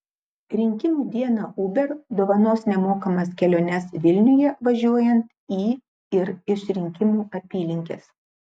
rinkimų dieną uber dovanos nemokamas keliones vilniuje važiuojant į ir iš rinkimų apylinkės